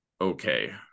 okay